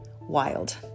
wild